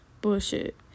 Bullshit